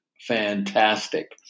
fantastic